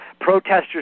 protesters